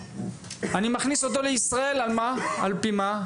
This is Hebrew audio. אני מכניס אותו לישראל, על פי מה?